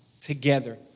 together